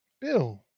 Bill